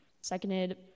Seconded